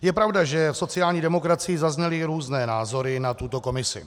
Je pravda, že v sociální demokracii zazněly různé názory na tuto komisi.